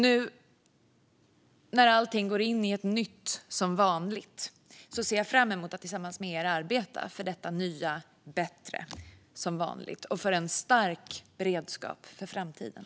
Nu när allt går in i ett nytt "som vanligt" ser jag fram emot att tillsammans med er arbeta för detta nya och bättre "som vanligt" och för en stark beredskap för framtiden.